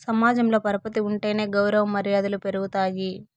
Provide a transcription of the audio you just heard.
సమాజంలో పరపతి ఉంటేనే గౌరవ మర్యాదలు పెరుగుతాయి